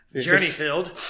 journey-filled